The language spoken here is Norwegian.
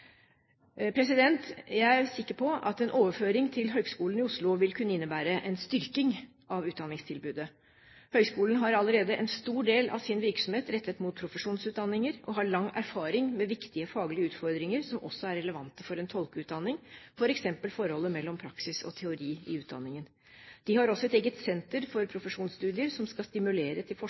Jeg er sikker på at en overføring til Høgskolen i Oslo vil kunne innebære en styrking av utdanningstilbudet. Høgskolen har allerede en stor del av sin virksomhet rettet mot profesjonsutdanninger og har lang erfaring med viktige faglige utfordringer som også er relevante for en tolkeutdanning, f.eks. forholdet mellom praksis og teori i utdanningen. De har også et eget senter for profesjonsstudier, som skal stimulere til